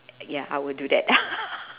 ya I will do that